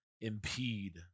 impede